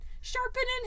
sharpening